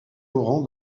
laurent